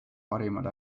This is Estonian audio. parimad